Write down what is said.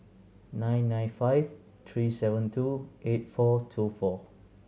nine nine five three seven two eight four two four